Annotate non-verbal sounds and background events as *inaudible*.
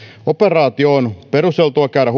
operaatio on perusteltua käydä *unintelligible*